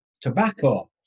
tobacco